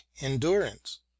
endurance